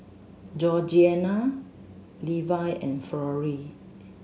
Georgianna Levi and Florrie